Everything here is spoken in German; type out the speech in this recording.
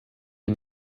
wir